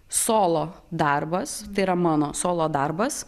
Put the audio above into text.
solo darbas tai yra mano solo darbas